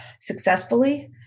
successfully